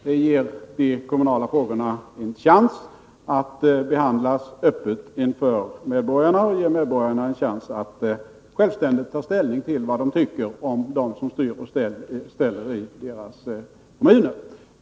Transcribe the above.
Det ger de kommunala frågorna en chans att behandlas öppet inför medborgarna, och det ger medborgarna en chans att självständigt ta ställning till vad de tycker om dem som styr och ställer i deras kommun.